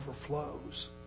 overflows